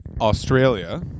australia